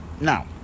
Now